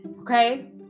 Okay